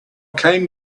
came